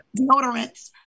deodorants